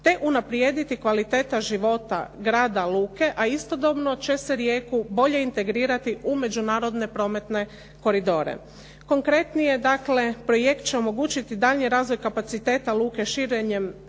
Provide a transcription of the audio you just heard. te unaprijediti kvaliteta života grada luke a istodobno će se Rijeku bolje integrirati u međunarodne prometne koridore. Konkretnije dakle, projekt će omogućiti daljnji razvoj kapaciteta luke širenjem